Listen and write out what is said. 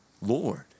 Lord